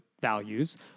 values